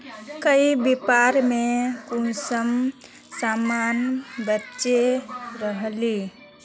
ई व्यापार में कुंसम सामान बेच रहली?